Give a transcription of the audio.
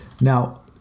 Now